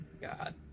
God